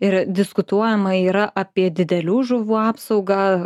ir diskutuojama yra apie didelių žuvų apsaugą